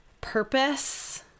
purpose